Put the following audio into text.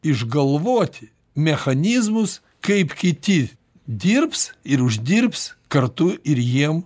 išgalvoti mechanizmus kaip kiti dirbs ir uždirbs kartu ir jiem